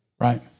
right